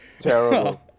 Terrible